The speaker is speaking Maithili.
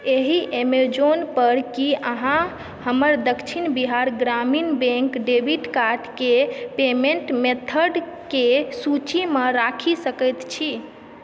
एहि एमेजौनपर की अहाँ हमर दक्षिण बिहार ग्रामीण बैंक डेबिट कार्डके पेमेंट मेथडके सूचीमे राखि सकैत छी